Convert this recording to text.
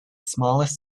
smallest